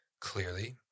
clearly